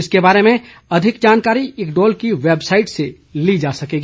इसके बारे में अधिक जानकारी इक्डोल की वैबसाईट से ली जा सकती है